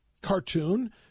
cartoon